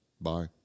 Bye